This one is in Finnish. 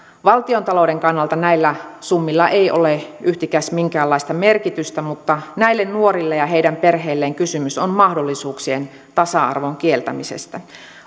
valtiontalouden kannalta näillä summilla ei ole yhtikäs minkäänlaista merkitystä mutta näille nuorille ja heidän perheilleen kysymys on mahdollisuuksien tasa arvon kieltämisestä